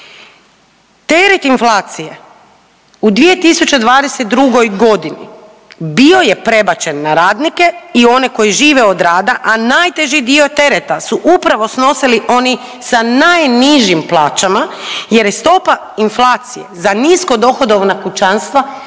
Teret inflacije u 2022. godini bio je prebačen na radnike i one koji žive od rada, a najteži dio tereta su upravo snosili oni sa najnižim plaćama jer je stopa inflacije za nisko dohodovna kućanstva